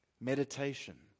meditation